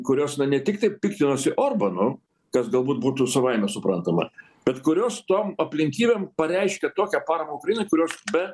kurios na ne tiktai piktinosi orbanu kas galbūt būtų savaime suprantama bet kurios tom aplinkybėm pareiškė tokią paramą ukrainai kurios be